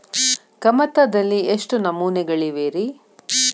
ಕಮತದಲ್ಲಿ ಎಷ್ಟು ನಮೂನೆಗಳಿವೆ ರಿ?